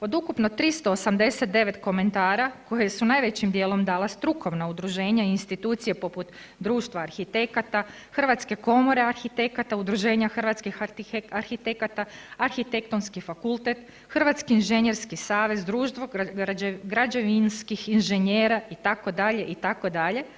Od ukupno 389 komentara koje su najvećim dijelom dala strukovna udruženja i institucije poput Društva arhitekata, Hrvatske komore arhitekata, Udruženja hrvatskih arhitekata, Arhitektonski fakultet, Hrvatski inženjerski savez, Društvo građevinskih inženjera itd., itd.